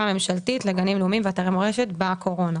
הממשלתית לגנים לאומיים ואתרי מורשת בקורונה,